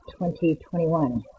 2021